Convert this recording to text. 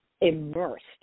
immersed